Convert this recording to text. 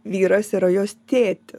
vyras yra jos tėtis